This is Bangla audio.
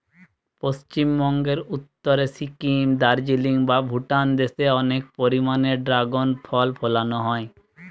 পশ্চিমবঙ্গের উত্তরে সিকিম, দার্জিলিং বা ভুটান দেশে অনেক পরিমাণে দ্রাগন ফল ফলানা হয়